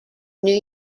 new